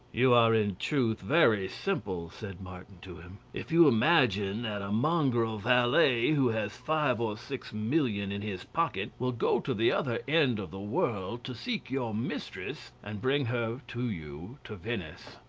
you are in truth very simple, said martin to him, if you imagine that a mongrel valet, who has five or six millions in his pocket, will go to the other end of the world to seek your mistress and bring her to you to venice.